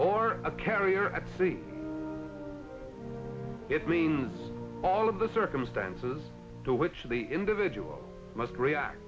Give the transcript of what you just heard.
or a carrier at sea it means all of the circumstances to which the individual must react